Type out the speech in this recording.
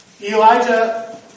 Elijah